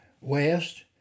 west